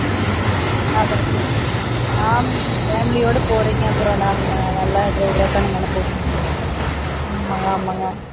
ம் அதாங்க நானும் ஃபேமிலியோட போகறீங்க அப்புறம் நம்ம நல்லா ட்ரைவராக தானுங்க அனுப்பணும் ம் ஆமாம்ங்க